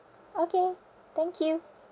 okay thank you